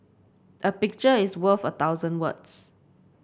a picture is worth a thousand words